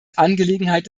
angelegenheit